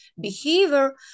behavior